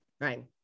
right